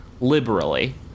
liberally